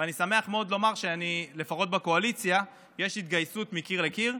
ואני שמח מאוד לומר שלפחות בקואליציה יש התגייסות מקיר לקיר.